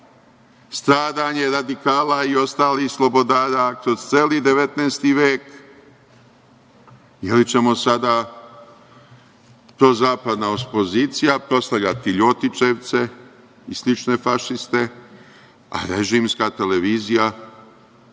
stradanje radikala i ostalih slobodara kroz celi 19. vek ili ćemo sada prozapadna opozicija proslavljati ljotićevce i slične fašiste, a režimska televizija